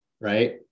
right